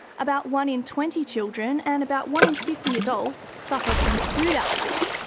about one in twenty children and about one in fifty adults suffer from food allergies.